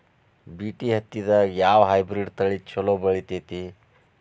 BT ಹತ್ತಿದಾಗ ಯಾವ hybrid ತಳಿ ಛಲೋ ಬೆಳಿತೈತಿ?